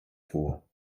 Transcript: vor